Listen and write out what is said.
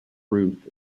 roof